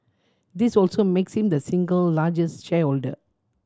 this also makes him the single largest shareholder